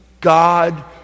God